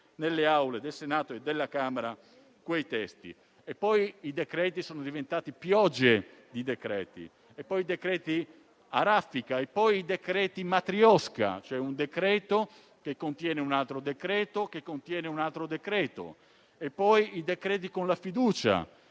nelle Aule del Senato e della Camera quei testi. Poi i decreti sono diventati piogge di decreti; poi i decreti a raffica; poi i decreti *matrioska*, e cioè un decreto che contiene un altro decreto, che contiene un altro decreto. E ancora: i decreti con la fiducia;